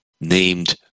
named